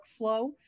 workflow